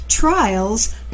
Trials